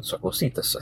tiesiog klausytis